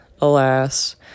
alas